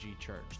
Church